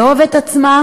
לאהוב את עצמה,